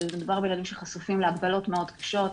מדובר בילדים שחשופים להגבלות מאוד קשות,